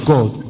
God